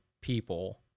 people